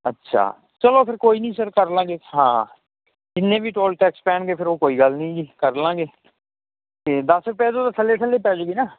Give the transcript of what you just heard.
ਅੱਛਾ ਚਲੋ ਫੇਰ ਕੋਈ ਨੀ ਫੇਰ ਕਰਲਾਂਗੇ ਹਾਂ ਜਿੰਨੇ ਵੀ ਟੋਲ ਟੈਕਸ ਪੈਣਗੇ ਫੇਰ ਉਹ ਕੋਈ ਗੱਲ ਨੀ ਜੀ ਕਰ ਲਵਾਂਗੇ ਤੇ ਦਸ ਰੁਪਏ ਤੋਂ ਤਾਂ ਥੱਲੇ ਥੱਲੇ ਪੈ ਜੂਗੀ ਨਾ